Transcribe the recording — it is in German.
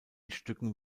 stücken